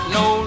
no